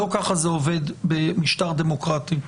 לא כך זה עובד במשטר דמוקרטי.